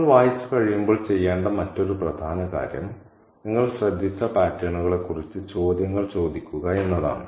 നിങ്ങൾ വായിച്ചുകഴിയുമ്പോൾ ചെയ്യേണ്ട മറ്റൊരു പ്രധാന കാര്യം നിങ്ങൾ ശ്രദ്ധിച്ച പാറ്റേണുകളെക്കുറിച്ച് ചോദ്യങ്ങൾ ചോദിക്കുക എന്നതാണ്